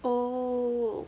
oh